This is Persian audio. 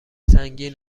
سنگین